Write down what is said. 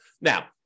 Now